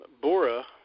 Bora